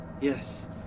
Yes